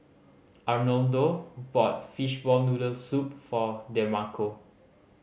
Arnoldo bought fishball noodle soup for Demarco